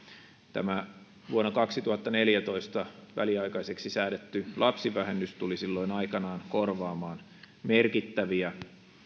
tämä vuonna kaksituhattaneljätoista väliaikaiseksi säädetty lapsivähennys tuli silloin aikanaan korvamaan merkittäviä